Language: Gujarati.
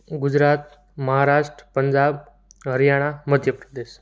ગુજરાત મહારાષ્ટ્ર પંજાબ હરિયાણા મધ્યપ્રદેશ